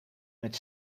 met